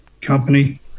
company